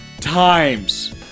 times